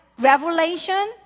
revelation